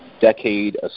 decade